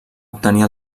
obtenir